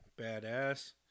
badass